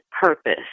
purpose